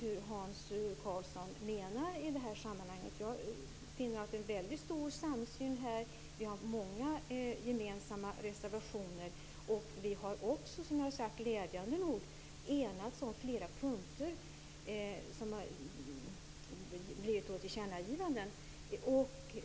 Jag finner att det är en väldigt stor samsyn här. Vi har många gemensamma reservationer. Vi har också, som jag har sagt, glädjande nog enats om tillkännagivanden på flera punkter.